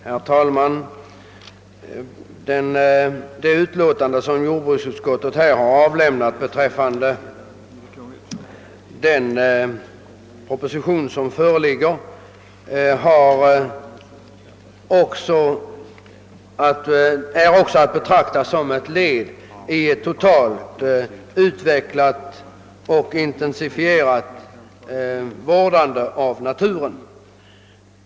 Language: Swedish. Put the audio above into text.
Herr talman! Det utlåtande som jordbruksutskottet avlämnat beträffande proposition nr 37 är också att betrakta som ett led i ett totalt utvecklat och intensifierat vårdande av naturen.